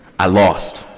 i lost.